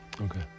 okay